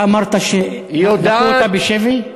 אתה אמרת שלקחו אותה בשבי?